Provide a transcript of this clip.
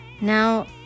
Now